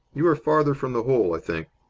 you are farther from the hole, i think.